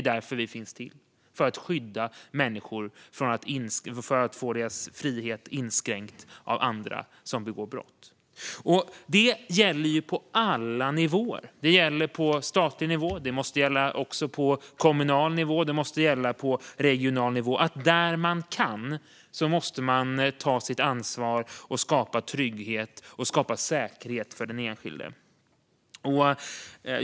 Vi finns till för att skydda människor från att få sin frihet inskränkt av andra som begår brott. Det gäller på alla nivåer - på statlig, regional och kommunal nivå - att där man kan måste man ta sitt ansvar och skapa trygghet och säkerhet för den enskilde.